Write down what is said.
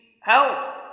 Help